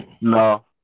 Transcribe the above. No